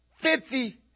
Fifty